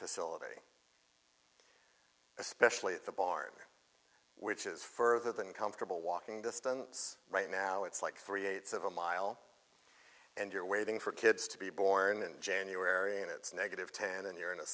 facility especially at the bar which is further than comfortable walking distance right now it's like three eights of a mile and you're waiting for kids to be born in january and it's negative ten and you're in a